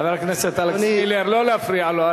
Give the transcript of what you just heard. חבר הכנסת אלכס מילר, לא להפריע לו.